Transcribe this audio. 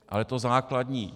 Ale to základní.